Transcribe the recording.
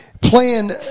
playing